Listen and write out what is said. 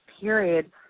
period